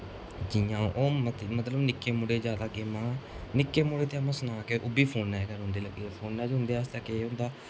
जियां हून मतलब निक्के मुड़े मतलब जादा गेमां निक्के मुड़े ते में सनां कि उब्बी फोना पर गै रौंह्दे लग्गे दे फोनै च उं'दे आस्तै केह् होंदा